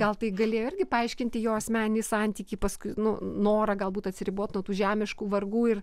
gal tai galėjo irgi paaiškinti jo asmeninį santykį paskui nu norą galbūt atsiribot nuo tų žemiškų vargų ir